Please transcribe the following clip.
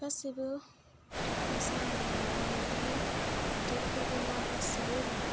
गासिबो मोसानाय रंजानायनि बोथोर फैबोला गासिबो